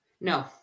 No